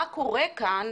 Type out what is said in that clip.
מה קורה כאן?